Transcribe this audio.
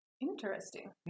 interesting